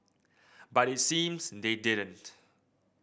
but it seems they didn't